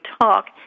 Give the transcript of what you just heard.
talk